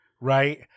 right